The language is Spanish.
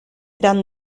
eran